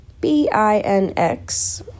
B-I-N-X